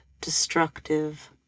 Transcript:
destructive